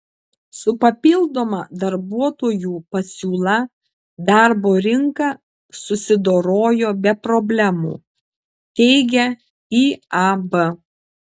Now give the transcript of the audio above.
su papildoma darbuotojų pasiūla darbo rinka susidorojo be problemų teigia iab